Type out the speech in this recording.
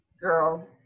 Girl